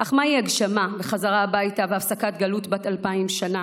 אך מהי הגשמה וחזרה הביתה והפסקת גלות בת אלפיים שנה?